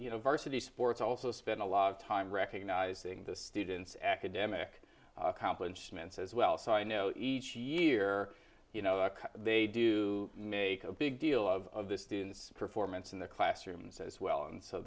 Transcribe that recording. varsity sports also spend a lot of time recognizing the students academic accomplishments as well so i know each year you know they do make a big deal of the students performance in the classrooms as well and so